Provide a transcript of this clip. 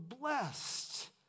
blessed